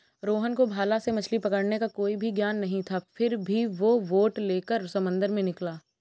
रोहन को भाला से मछली पकड़ने का कोई भी ज्ञान नहीं था फिर भी वो बोट लेकर समंदर में निकला